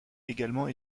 également